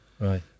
Right